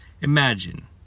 imagine